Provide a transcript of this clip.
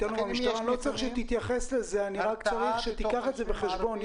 אני לא צריך שתתייחס לזה אלא אני רוצה שתיקח את זה בחשבון.